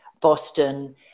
Boston